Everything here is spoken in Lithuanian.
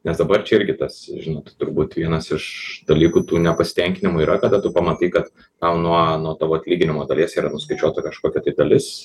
nes dabar čia irgi tas žinot turbūt vienas iš dalykų tų nepasitenkinimų yra kada tu pamatai kad tau nuo nuo tavo atlyginimo dalies yra nuskaičiuota kažkokia dalis